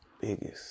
Biggest